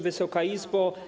Wysoka Izbo!